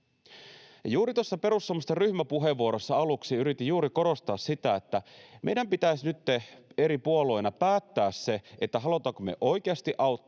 auttaa. Tuossa perussuomalaisten ryhmäpuheenvuorossa aluksi yritin juuri korostaa sitä, että meidän pitäisi nytten eri puolueina päättää, halutaanko me oikeasti auttaa